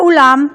ואולם,